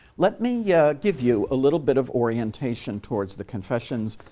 let me yeah give you a little bit of orientation towards the confessions,